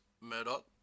Murdoch